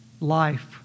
life